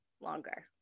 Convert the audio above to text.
longer